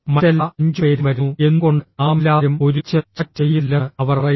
മറ്റെല്ലാ അഞ്ചുപേരും വരുന്നു എന്തുകൊണ്ട് നാമെല്ലാവരും ഒരുമിച്ച് ചാറ്റ് ചെയ്യുന്നില്ലെന്ന് അവർ പറയുന്നു